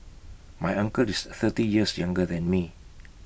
my uncle is thirty years younger than me